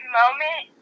moment